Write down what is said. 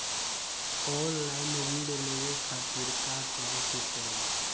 Online ऋण लेवे के खातिर का करे के पड़ी?